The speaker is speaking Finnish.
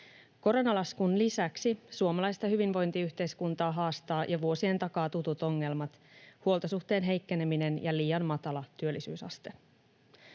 Koronalaskun lisäksi suomalaista hyvinvointiyhteiskuntaa haastaa jo vuosien takaa tutut ongelmat: huoltosuhteen heikkeneminen ja liian matala työllisyysaste.